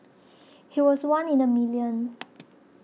he was one in a million